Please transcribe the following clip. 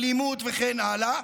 אלימות וכן הלאה,